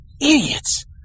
Idiots